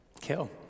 kill